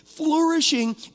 flourishing